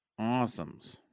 Awesomes